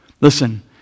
Listen